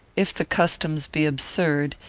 if the customs be absurd,